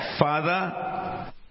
Father